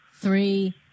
three